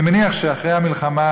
אני מניח שאחרי המלחמה